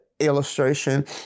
illustration